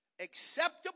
acceptable